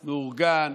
מאורגן,